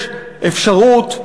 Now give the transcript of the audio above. יש אפשרות,